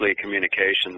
communications